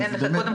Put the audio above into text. יחד